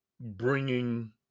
bringing